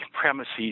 premises